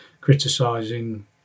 criticising